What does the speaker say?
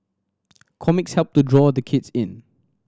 comics help to draw the kids in